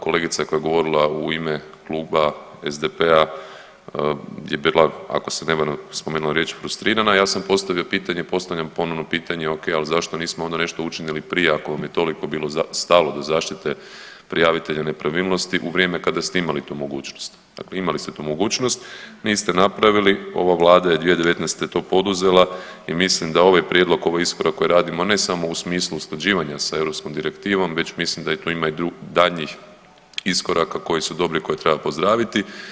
Kolegica koja je govorila u ime Kluba SDP-a je bila ako se ne varam, spomenula riječ frustrirana, a ja sam postavio pitanje i postavljam ponovno pitanje okej, al zašto nismo nešto onda učinili prije ako vam je toliko bilo stalo do zaštite prijavitelja nepravilnosti u vrijeme kada ste imali tu mogućnost, dakle imali ste tu mogućnost, niste napravili, ova vlada je 2019. to poduzela i mislim da ovaj prijedlog, ovaj iskorak koji radimo ne samo u smislu usklađivanja sa europskom direktivom već mislim da tu ima i daljnjih iskoraka koji su dobri i koje treba pozdraviti.